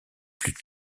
plus